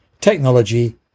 Technology